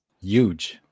Huge